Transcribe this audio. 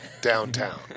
downtown